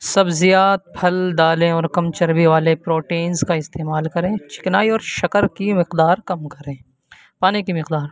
سبزیاں پھل دالیں اور کم چربی والے پروٹینس کا استعمال کریں چکنائی اور شکر کی مقدار کم کریں پانی کی مقدار